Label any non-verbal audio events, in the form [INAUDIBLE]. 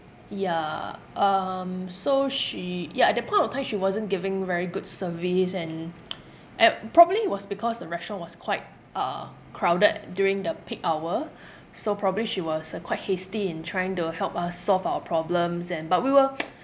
yeah um so she ya at that point of time she wasn't giving very good service and [NOISE] and probably it was because the restaurant was quite uh crowded during the peak hour so probably she was uh quite hasty in trying to help us solve our problems and but we were [NOISE]